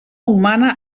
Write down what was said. humana